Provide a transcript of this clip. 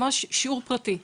ממש שיעור פרטי..